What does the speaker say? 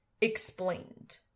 explained